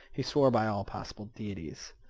he swore by all possible deities.